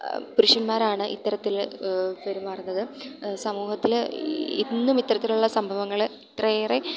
പുരുഷന്മാരാണ് ഇത്തരത്തിൽ പെരുമാറുന്നത് സമൂഹത്തിൽ ഇന്നും ഇത്തരത്തിലുള്ള സംഭവങ്ങൾ ഇത്ര ഏറെ